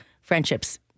friendships